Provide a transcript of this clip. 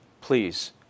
Please